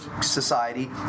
society